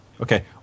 Okay